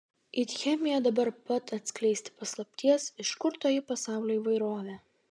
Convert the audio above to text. it chemija dabar pat atskleisti paslapties iš kur toji pasaulio įvairovė